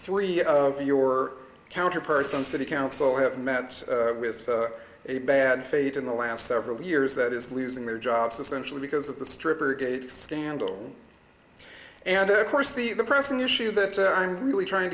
three of your counterparts on city council have met with a bad fate in the last several years that is losing their jobs essentially because of the stripper gate scandal and of course the the present issue that i'm really trying